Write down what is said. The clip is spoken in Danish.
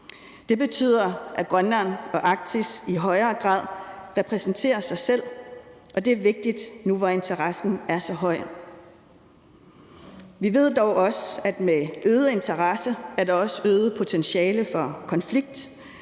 Det betyder, at Grønland og Arktis i højere grad repræsenterer sig selv, og det er vigtigt nu, hvor interessen er så høj. Vi ved dog også, at med øget interesse er der også øget potentiale for konflikt,